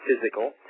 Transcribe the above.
physical